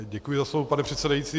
Děkuji za slovo, pane předsedající.